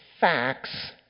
facts